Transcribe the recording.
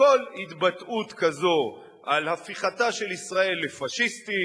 כל התבטאות כזו על הפיכתה של ישראל לפאשיסטית,